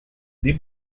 des